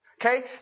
Okay